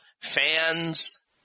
fans